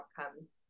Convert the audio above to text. outcomes